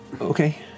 Okay